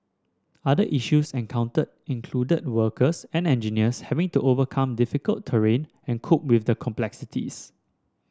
other issues encountered included workers and engineers having to overcome difficult terrain and cope with the complexities